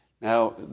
Now